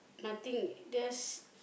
nothing the